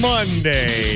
Monday